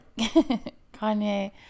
Kanye